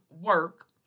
work